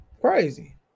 Crazy